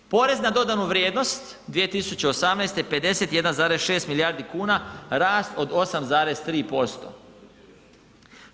Porez na dodanu vrijednost 2018. 51,6 milijardi kuna, rast od 8,3%